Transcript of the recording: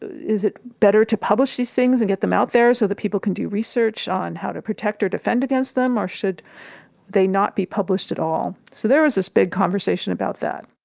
is it better to publish these things and get them out there so that people can do research on how to protect or defend against them? or should they not be published at all? so there is this big conversation about that.